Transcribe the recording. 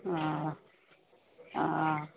हा हा